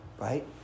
right